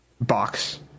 box